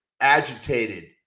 agitated